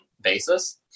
basis